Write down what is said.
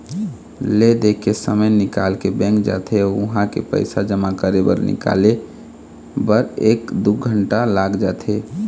ले दे के समे निकाल के बैंक जाथे अउ उहां पइसा जमा करे बर निकाले बर एक दू घंटा लाग जाथे